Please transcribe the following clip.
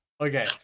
Okay